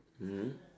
mmhmm